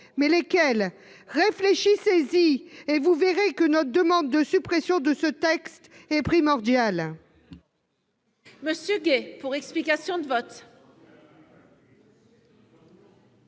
! Lesquelles ? Réfléchissez-y, et vous verrez que notre demande de suppression de ce texte est primordiale